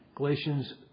Galatians